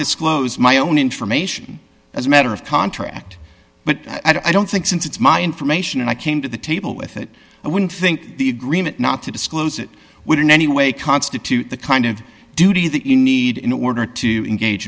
disclose my own information as a matter of contract but i don't think since it's my information and i came to the table with it i wouldn't think the agreement not to disclose it would in any way constitute the kind of duty that you need in order to engage